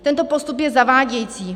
Tento postup je zavádějící.